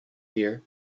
here